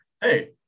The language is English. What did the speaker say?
hey